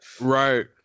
Right